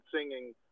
singing